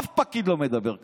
אף פקיד לא מדבר ככה,